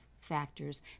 factors